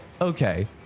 okay